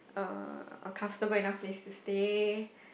uh a comfortable enough place to stay